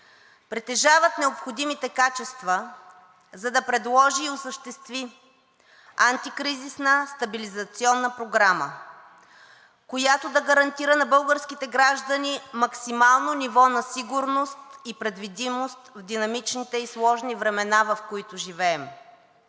притежават необходимите качества, за да предложат и осъществят антикризисна стабилизационна програма, която да гарантира на българските граждани максимално ниво на сигурност и предвидимост в динамичните и сложни времена, в които живеем.